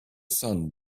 sun